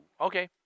okay